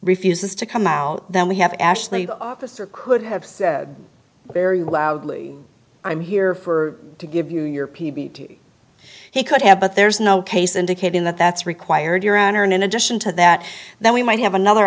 refuses to come out then we have ashley officer could have very loudly i'm here for to give you your p b t he could have but there's no case indicating that that's required your honor and in addition to that that we might have another